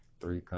Three